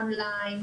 און ליין,